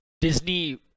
Disney